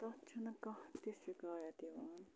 تَتھ چھُنہٕ کانٛہہ تہِ شِکایت یِوان